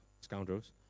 scoundrels